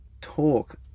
talk